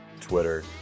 Twitter